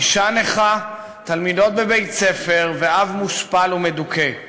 אישה נכה, תלמידות בבית-ספר ואב מושפל ומדוכא.